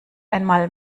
einmal